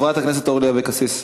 חברת הכנסת אורלי אבקסיס,